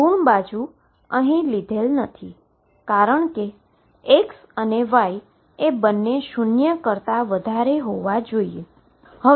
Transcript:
ઋણ બાજુ અહી લીધેલ નથી કારણ કે X અને Y એ બંને શુન્ય કરતા વધારે હોવા જોઈએ